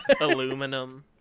Aluminum